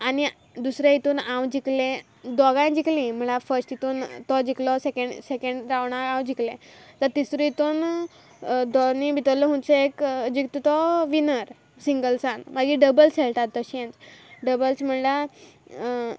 आनी दुसरें हितून हांव जिकलें दोगांय जिकली म्हणल्या फस्ट हितून तो जिकलो सेकँड रावंडा हांव जिकलें जाल्या तिसरे हितून गोनी भितरलो खंयचो एक जिकता तो विनर सिंगल्साक मागीर डबल्स खेळटात तशें डबल्स म्हणल्यार